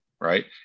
right